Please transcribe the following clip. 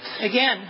again